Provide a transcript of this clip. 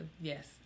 yes